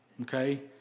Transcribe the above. Okay